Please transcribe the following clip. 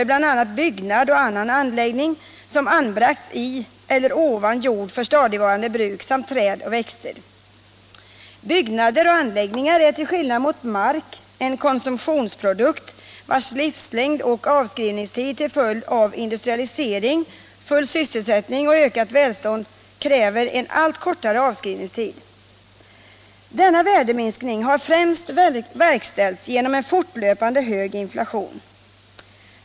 Byggnader och anläggningar är till skillnad mot mark en konsumtionsprodukt vars livslängd — till följd av industrialisering, full sysselsättning och ökat välstånd — kräver en allt kortare avskrivningstid. Denna värdeminskning har främst åstadkommits genom en fortlöpande hög inflation.